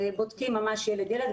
בודקים ממש ילד-ילד.